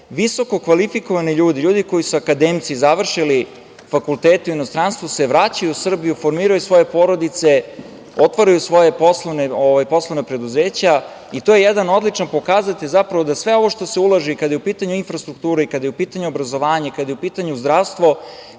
visoko kvalifikovani ljudi, ljudi koji su akademci, završili fakultete u inostranstvu se vraćaju u Srbiju, formiraju svoje porodice, otvaraju svoja poslovna preduzeća. To je jedan odličan pokazatelj zapravo da sve ovo što se ulaže, i kada je u pitanju infrastruktura, kada je u pitanju obrazovanje, kada je u pitanju zdravstvo,